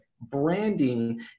branding